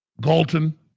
Galton